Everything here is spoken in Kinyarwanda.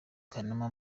kanama